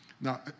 now